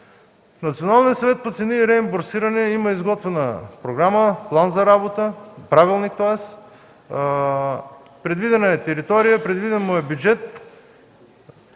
Националният съвет по цени и реимбурсиране има изготвена програма, план за работа, правилник, предвидена е територия, предвиден е бюджет,